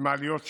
במעליות שבת.